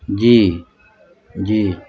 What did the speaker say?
جی جی